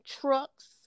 trucks